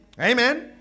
Amen